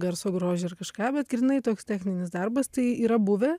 garso grožį ar kažką bet grynai toks techninis darbas tai yra buvę